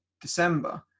December